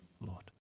Lord